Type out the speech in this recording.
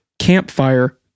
campfire